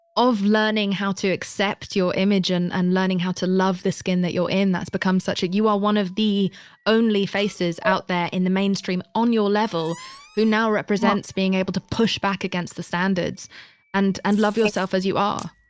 of learning how to accept your image and and learning how to love the skin that you're in that's become such a, you are one of the only faces out there in the mainstream on your level who now represents being able to push back against the standards and, and love yourself as you are